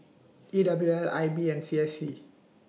E W L I B and C S C